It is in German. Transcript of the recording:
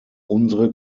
unsere